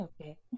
Okay